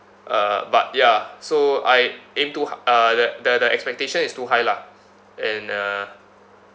uh but ya so I aim too h~ uh the the the expectation is too high lah and uh